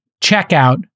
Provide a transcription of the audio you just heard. checkout